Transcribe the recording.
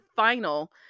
final